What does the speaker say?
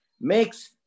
makes